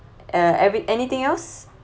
uh every~ anything else